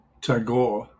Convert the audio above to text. Tagore